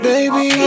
Baby